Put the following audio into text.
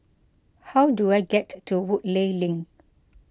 how do I get to Woodleigh Link